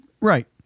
Right